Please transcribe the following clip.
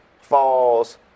falls